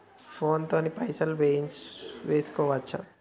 Phone తోని పైసలు వేసుకోవచ్చా?